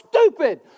stupid